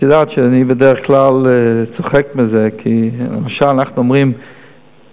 את יודעת שאני בדרך כלל צוחק כשאומרים יום,